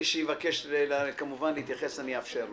מי שיבקש כמובן להתייחס אני אאפשר לו.